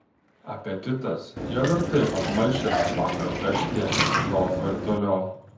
apetitas jau ir taip apmalšęs vakaro karštyje slopo ir toliau